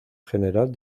general